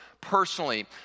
Personally